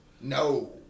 No